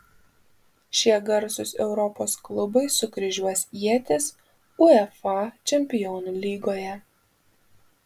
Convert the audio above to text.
šie garsūs europos klubai sukryžiuos ietis uefa čempionų lygoje